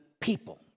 people